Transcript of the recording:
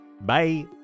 bye